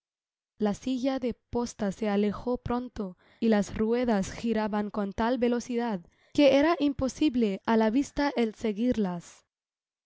la silla de posla se alejó pronto y las ruedas girahan con tal velocidad que era imposible á la vista el seguirlas